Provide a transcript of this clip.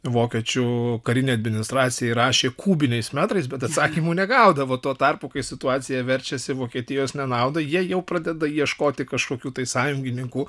vokiečių karinei administracijai rašė kubiniais metrais bet atsakymų negaudavo tuo tarpu kai situacija verčiasi vokietijos nenaudai jie jau pradeda ieškoti kažkokių tai sąjungininkų